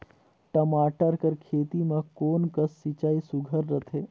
टमाटर कर खेती म कोन कस सिंचाई सुघ्घर रथे?